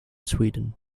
sweden